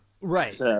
Right